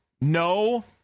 no